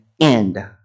end